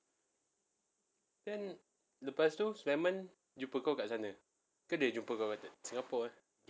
then lepas tu sulaiman jumpa kau kat sana ke dia jumpa kau kat singapore